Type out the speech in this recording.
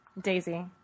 Daisy